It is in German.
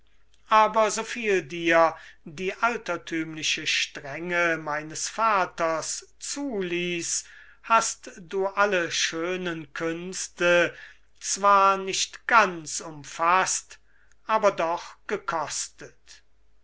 aber so viel dir die alterthümliche strenge meines vaters zuließ hast du alle schönen künste zwar nicht ganz umfaßt aber doch gekostet